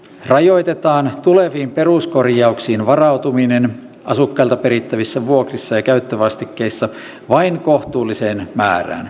rajoitetaan tuleviin peruskorjauksiin varautuminen asukkailta perittävissä vuokrissa ja käyttövastikkeissa vain kohtuulliseen määrään